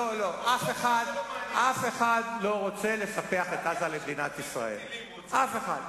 אף אחד לא רוצה לספח את עזה למדינת ישראל, אף אחד.